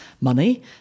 money